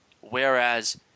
whereas